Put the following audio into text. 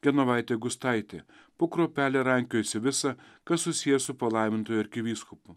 genovaitė gustaitė po kruopelę rankiojusi visa kas susiję su palaimintuoju arkivyskupu